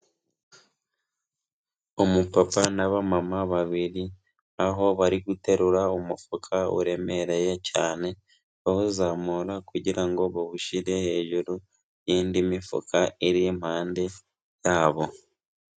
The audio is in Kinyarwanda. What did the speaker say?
Umupapa na naba mama babiri aho bari guterura umufuka uremereye cyane bawuzamura kugira ngo bawushyire hejuru y'indi mifuka irimpande yabo.